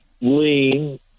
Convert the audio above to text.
lean